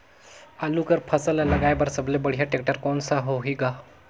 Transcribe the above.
आलू कर फसल ल लगाय बर सबले बढ़िया टेक्टर कोन सा होही ग?